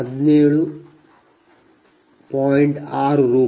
6 ರೂ